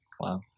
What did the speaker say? Wow